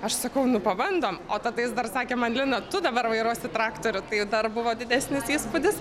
aš sakau nu pabandom o tada jis dar sakė man lina tu dabar vairuosi traktorių tai dar buvo didesnis įspūdis